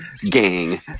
gang